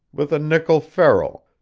with a nickel ferrule,